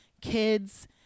kids